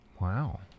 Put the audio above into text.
Wow